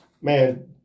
man